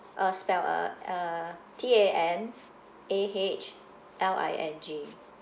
uh spell ah uh T A N A H L I N G